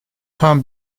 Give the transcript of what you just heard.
tam